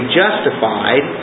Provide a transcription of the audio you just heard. justified